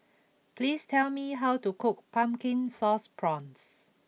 please tell me how to cook Pumpkin Sauce Prawns